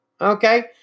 Okay